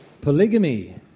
Polygamy